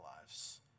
lives